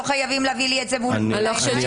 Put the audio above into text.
לא חייבים להביא לי זה מול העיניים?